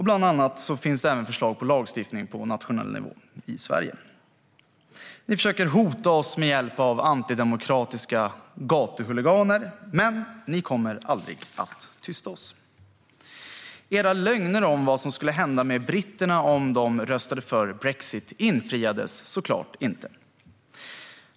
Bland annat finns det förslag om lagstiftning på nationell nivå i Sverige. Ni försöker hota oss med hjälp av antidemokratiska gatuhuliganer, men ni kommer aldrig att tysta oss. Era lögner om vad som skulle hända med britterna om de röstade för brexit infriades såklart inte.